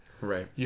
Right